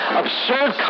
absurd